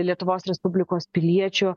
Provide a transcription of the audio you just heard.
lietuvos respublikos piliečių